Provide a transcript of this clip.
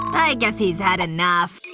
i guess he's had enough